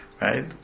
right